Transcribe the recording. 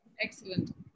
Excellent